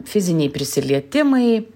fiziniai prisilietimai